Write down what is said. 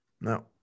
now